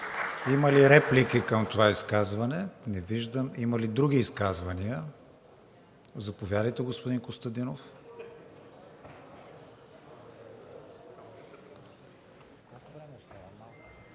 Има ли реплики към това изказване? Не виждам. Има ли други изказвания? Заповядайте, господин Костадинов.